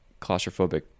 claustrophobic